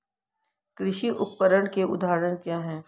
कृषि उपकरण के उदाहरण क्या हैं?